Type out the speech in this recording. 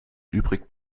übrig